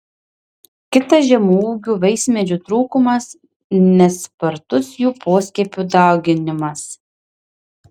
kitas žemaūgių vaismedžių trūkumas nespartus jų poskiepių dauginimas